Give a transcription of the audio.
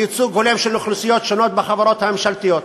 לייצוג הולם של אוכלוסיות שונות בחברות הממשלתיות.